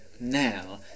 Now